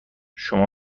شما